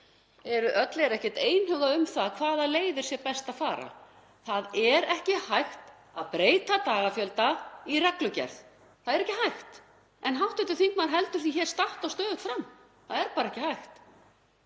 Þau eru ekkert öll einhuga um það hvaða leiðir sé best að fara. Það er ekki hægt að breyta dagafjölda í reglugerð. Það er ekki hægt. En hv. þingmaður heldur því statt og stöðugt fram. Það er bara ekki hægt.